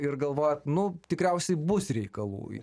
ir galvojat nu tikriausiai bus reikalų